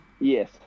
Yes